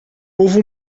houve